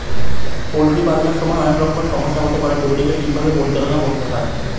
poultry পালনের সময় অনেক রকমের সমস্যা হতে পারে যেগুলিকে ঠিক ভাবে পরিচালনা করতে হয়